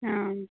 हाँ